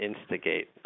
instigate